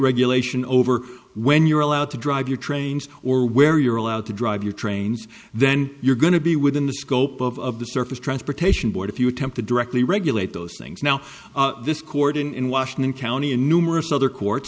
regulation over when you're allowed to drive your trains or where you're allowed to drive your trains then you're going to be within the scope of the surface transportation board if you attempt to directly regulate those things now this court in washington county and numerous other court